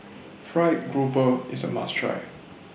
Fried Grouper IS A must Try